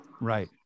Right